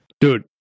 Dude